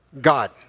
God